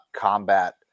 combat